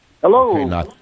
Hello